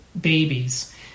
babies